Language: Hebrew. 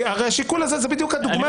השיקול הזה זה בדיוק הדוגמה.